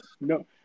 no